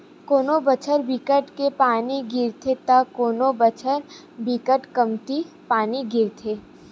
कोनो बछर बिकट के पानी गिरथे त कोनो बछर बिकट कमती पानी गिरथे